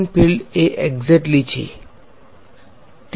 વિદ્યાર્થી equal two